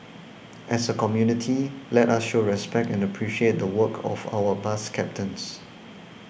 as a community let us show respect and appreciate the work of our bus captains